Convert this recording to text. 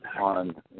on